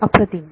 अप्रतिम